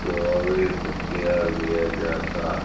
ચોવીસ અગિયાર બે હજાર સાત